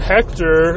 Hector